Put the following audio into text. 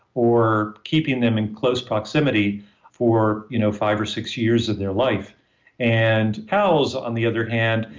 or keeping them in close proximity for you know five or six years of their life and cows, on the other hand,